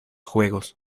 juegos